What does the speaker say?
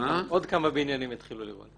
יש עוד כמה בניינים שהתחילו לרעוד.